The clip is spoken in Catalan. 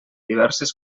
diverses